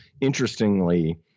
Interestingly